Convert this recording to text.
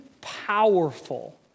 powerful